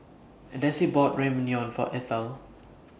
Desi bought Ramyeon For Ethel